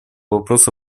вопроса